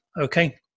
Okay